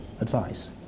advice